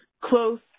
close